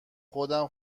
خودم